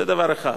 זה דבר אחד.